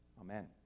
Amen